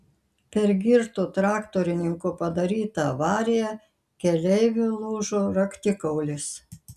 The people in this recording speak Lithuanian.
per girto traktorininko padarytą avariją keleiviui lūžo raktikaulis